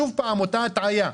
שוב אותה הטעיה.